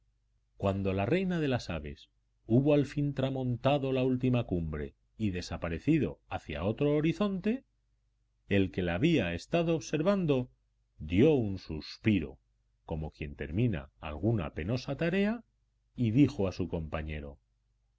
cuando la reina de las aves hubo al fin tramontado la última cumbre y desaparecido hacia otro horizonte el que la había estado observando dio un suspiro como quien termina alguna penosa tarea y dijo a su compañero